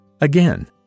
Again